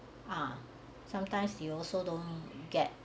ah sometimes you also don't get